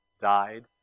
died